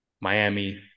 Miami